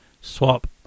swap